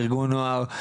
ארגון נוער,